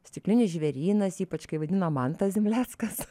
stiklinis žvėrynas ypač kai vaidino mantas zemleckas